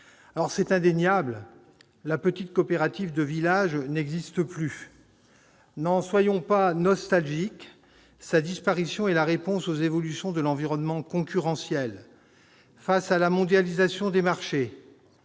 C'est indéniable : la petite coopérative de village n'existe plus. N'en soyons pas nostalgiques. Sa disparition est la réponse aux évolutions de l'environnement concurrentiel. Face à la mondialisation des marchés,